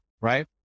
right